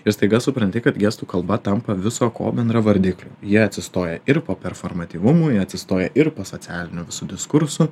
ir staiga supranti kad gestų kalba tampa viso ko bendravardikliu ji atsistoja ir po performatyvumu ji atsistoja ir po socialiniu diskursu